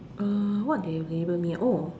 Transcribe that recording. uh what they have label me ah oh